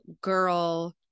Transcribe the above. girl